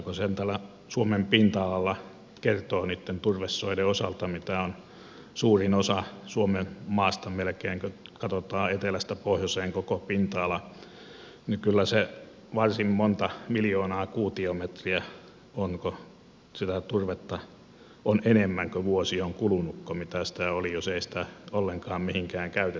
kun sen suomen pinta alalla kertoo niitten turvesoiden osalta mitä on melkein suurin osa suomenmaasta kun katsotaan etelästä pohjoiseen koko pinta ala niin kyllä varsin monta miljoonaa kuutiometriä sitä turvetta on enemmän kun vuosi on kulunut kuin mitä sitä olisi jos ei sitä ollenkaan mihinkään käytettäisi